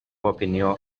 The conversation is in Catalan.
opinió